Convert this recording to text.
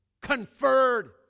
conferred